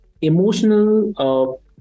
emotional